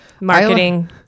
Marketing